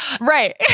right